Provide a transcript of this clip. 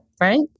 right